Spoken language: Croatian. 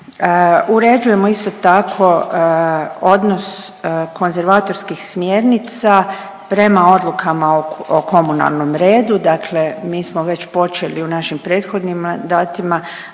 Uređujemo isto tako odnos konzervatorskih smjernica prema odlukama o komunalnom redu. Dakle, mi smo već počeli u našim prethodnim mandatima